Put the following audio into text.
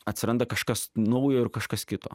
atsiranda kažkas naujo ir kažkas kito